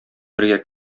бергә